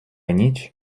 ніч